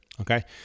okay